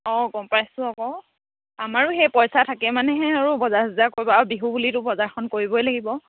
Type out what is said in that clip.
অঁ গম পাইছো আকৌ আমাৰো সেই পইচা থাকে মানেহে আৰু বজাৰ চজাৰ কৰিব আৰু বিহু বুলিতো বজাৰখন কৰিবই লাগিব